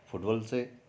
football चाहिँ